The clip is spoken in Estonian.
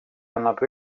annab